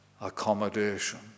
accommodation